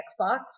Xbox